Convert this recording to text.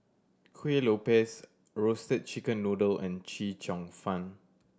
Kueh Lopes Roasted Chicken Noodle and Chee Cheong Fun